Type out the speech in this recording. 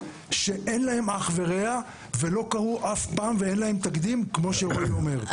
שאין להן אח ורע ולא קרו אף פעם ואין להן תקדים כמו שרועי אומר.